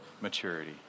maturity